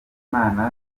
imana